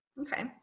Okay